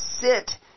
sit